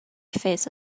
face